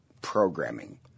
programming